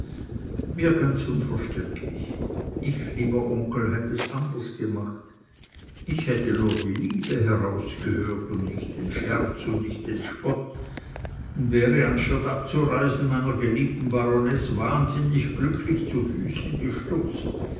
mir ganz unverständlich ich lieber onkel hätt es anders gemacht ich hätte nur die liebe herausgehört und nicht den scherz und nicht den spott und wäre statt abzureisen meiner geliebten baronesse wahnsinnig glücklich zu füßen gestürzt